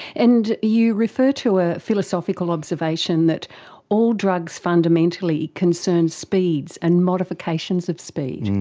and you refer to a philosophical observation that all drugs fundamentally concern speeds and modifications of speed.